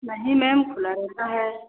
नहीं मैम खुला रहता है